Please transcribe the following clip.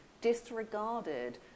disregarded